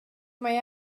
mae